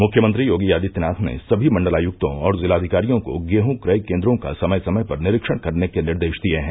मुख्यमंत्री योगी आदित्यनाथ ने सभी मंडलायुक्तों और जिलाधिकारियों को गेहूँ क्रय केन्द्रों का समय समय पर निरीक्षण करने के निर्देश दिये हैं